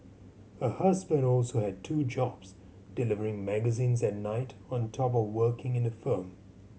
her husband also had two jobs delivering magazines at night on top of working in a firm